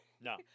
No